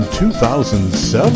2007